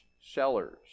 sellers